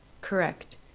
Correct